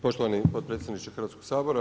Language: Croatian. Poštovani potpredsjedniče Hrvatskog sabora.